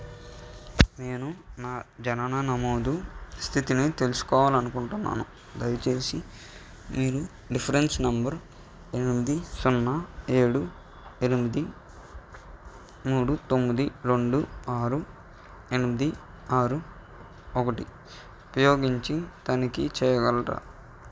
నేను నా జనన నమోదు స్థితిని తెలుసుకోవాలి అనుకుంటున్నాను దయచేసి మీరు రిఫ్రెన్స్ నెంబర్ ఎనిమిది సున్నా ఏడు ఎనిమిది మూడు తొమ్మిది రెండు ఆరు ఎనిమిది ఆరు ఒకటి ఉపయోగించి తనిఖీ చేయగలరా